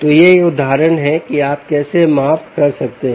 तो यह एक उदाहरण है कि आप कैसे माप कर सकते हैं